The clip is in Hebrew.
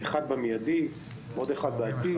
אחד באופן מידי ועוד אחד בעתיד.